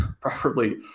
preferably